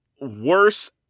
worse